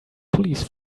police